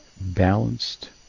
balanced